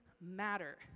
matter